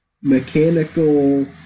mechanical